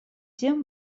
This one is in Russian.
тем